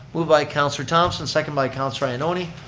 moved by councilor thomson, seconded by councilor ioannoni.